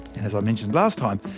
as i mentioned last time,